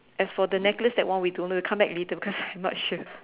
as for the necklace that one we don't know we come back later cause I'm not sure